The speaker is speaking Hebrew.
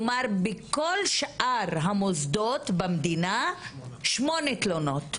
כלומר בכל שאר המוסדות במדינה היו שמונה תלונות.